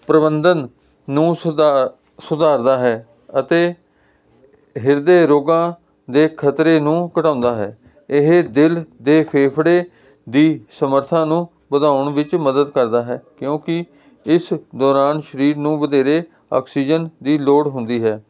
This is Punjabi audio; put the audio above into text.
ਪ੍ਰਬੰਧਨ ਨੂੰ ਸੁਧਾਰਦਾ ਹੈ ਅਤੇ ਹਿਰਦੇ ਰੋਗਾ ਦੇ ਖਤਰੇ ਨੂੰ ਘਟਾਉਂਦਾ ਹੈ ਇਹ ਦਿਲ ਦੇ ਫੇਫੜੇ ਦੀ ਸਮਰੱਥਾ ਨੂੰ ਵਧਾਉਣ ਵਿੱਚ ਮਦਦ ਕਰਦਾ ਹੈ ਕਿਉਂਕਿ ਇਸ ਦੌਰਾਨ ਸਰੀਰ ਨੂੰ ਵਧੇਰੇ ਆਕਸੀਜਨ ਦੀ ਲੋੜ ਹੁੰਦੀ ਹੈ